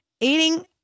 eating